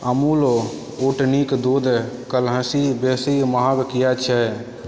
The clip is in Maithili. अमूल ऊँटनीके दूध काल्हिसँ बेसी महग किएक छै